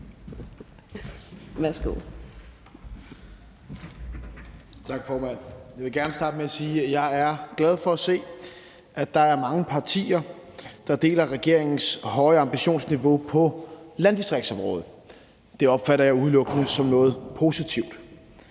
Jeg vil gerne starte med at sige, at jeg er glad for at se, at der er mange partier, der deler regeringens høje ambitionsniveau på landdistriktsområdet. Det opfatter jeg udelukkende som noget positivt,